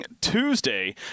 Tuesday